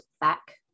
back